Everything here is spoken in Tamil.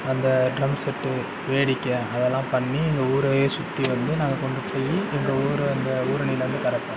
அந்த ட்ரம் செட்டு வேடிக்கை அதெல்லாம் பண்ணி எங்கள் ஊரையே சுற்றி வந்து நாங்கள் கொண்டு போய் எங்கள் ஊர் அந்த ஊரணியில் வந்து கரைப்போம்